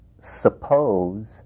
suppose